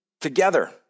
together